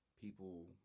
people